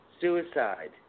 Suicide